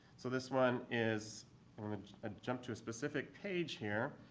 so this one is i jumped to a specific page here.